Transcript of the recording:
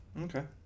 okay